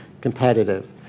competitive